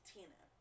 Tina